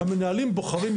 והמנהלים בוחרים,